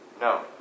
No